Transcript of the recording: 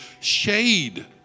shade